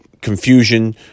confusion